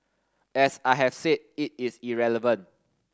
as I have said it is irrelevant